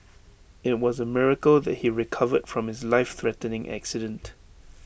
IT was A miracle that he recovered from his life threatening accident